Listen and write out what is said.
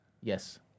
Yes